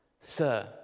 Sir